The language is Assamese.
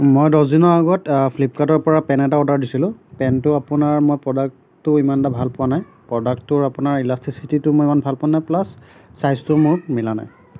মই দহদিনৰ আগত ফ্লিপকাৰ্টৰপৰা পেণ্ট এটা অৰ্ডাৰ দিছিলোঁ পেণ্টটো আপোনাৰ মই প্ৰডাক্টটো ইমান এটা ভাল পোৱা নাই প্ৰডাক্টটোৰ আপোনাৰ ইলাষ্টিচিটিটো মই ইমান ভাল পোৱা নাই প্লাছ চাইজটো মোৰ মিলা নাই